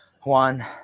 one